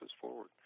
forward